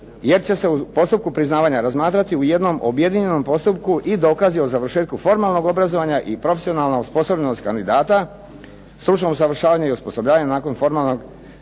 jer će se u postupku priznavanja razmatrati u jednom objedinjenom postupku i dokazi o završetku formalnog obrazovanja i profesionalna osposobljenost kandidata, stručno usavršavanje i osposobljavanje nakon formalnog